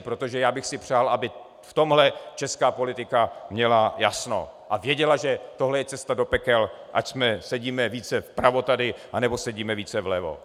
Protože já bych si přál, aby v tomhle česká politika měla jasno a věděla, že toto je cesta do pekel, ať sedíme tady více vpravo, anebo sedíme více vlevo.